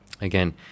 Again